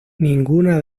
ninguna